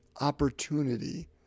opportunity